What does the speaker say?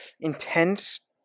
intense